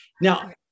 Now